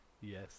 Yes